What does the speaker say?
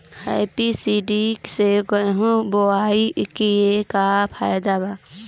Happy seeder से गेहूं बोआई के का फायदा बा?